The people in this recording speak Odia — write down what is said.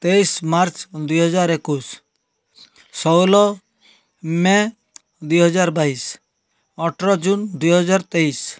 ତେଇଶି ମାର୍ଚ୍ଚ ଦୁଇ ହଜାର ଏକୋଇଶି ଷୋହଳ ମେ ଦୁଇ ହଜାର ବାଇଶି ଅଠର ଜୁନ୍ ଦୁଇ ହଜାର ତେଇଶି